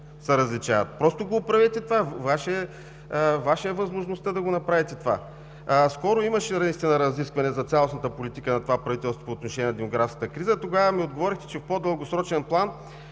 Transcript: различават се. Оправете това. Ваша е възможността да го направите. Скоро имаше разискване за цялостната политика на това правителство по отношение на демографската криза. Тогава ми отговорихте, че в по-дългосрочен план,